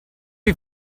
you